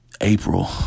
April